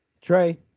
Trey